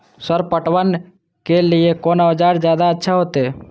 Sir पटवन के लीऐ कोन औजार ज्यादा अच्छा होते?